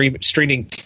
streaming